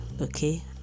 okay